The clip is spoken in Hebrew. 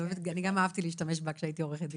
אני גם אהבתי להשתמש בה כשהייתי עורכת דין.